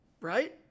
Right